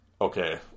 okay